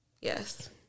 Yes